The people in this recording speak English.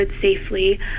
safely